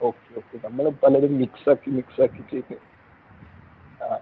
okay okay നമ്മൾ പലതും മിക്സാക്കി മിക്സാക്കി കയറ്റും ആ